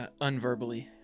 unverbally